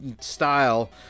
style